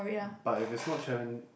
but if is not challen~